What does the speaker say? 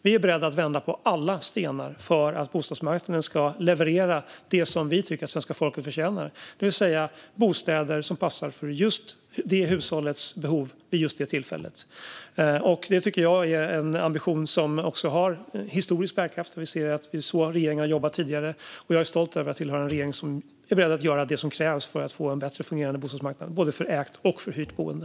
Vi är beredda att vända på alla stenar för att bostadsmarknaden ska leverera det som vi tycker att svenska folket förtjänar, det vill säga bostäder som passar för just det hushållets behov vid just det tillfället. Jag tycker att det är en ambition som också har historisk bärkraft. Så har regeringar jobbat tidigare. Jag är stolt över att tillhöra en regering som är beredd att göra det som krävs för att få en bättre fungerande bostadsmarknad för både ägt och hyrt boende.